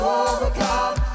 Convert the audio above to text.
overcome